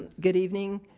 and good evening